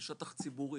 בשטח ציבורי,